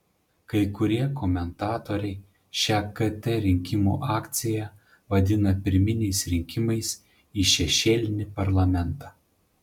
kai kurie komentatoriai šią kt rinkimų akciją vadina pirminiais rinkimais į šešėlinį parlamentą